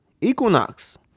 Equinox